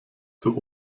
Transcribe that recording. zur